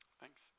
Thanks